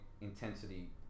intensity